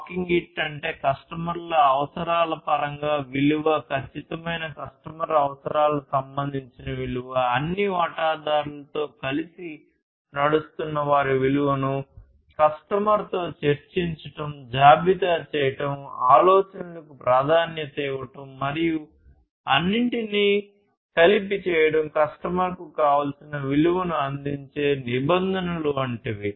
Walking it అంటే customer అవసరాల పరంగా విలువ ఖచ్చితమైన కస్టమర్ అవసరాలు సంబంధించిన విలువ అన్ని వాటాదారులతో కలిసి నడుస్తున్న వారి విలువను కస్టమర్తో చర్చించడం జాబితా చేయడం ఆలోచనలకు ప్రాధాన్యత ఇవ్వడం మరియు అన్నింటినీ కలిసి చేయడం కస్టమర్కు కావాల్సిన విలువను అందించే నిబంధనలు వంటివి